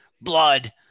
blood